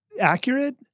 accurate